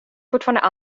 fortfarande